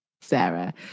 Sarah